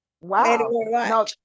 Wow